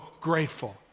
grateful